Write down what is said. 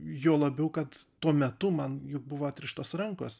juo labiau kad tuo metu man jau buvo atrištos rankos